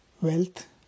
wealth